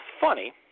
funny